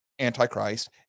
antichrist